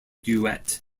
duet